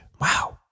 Wow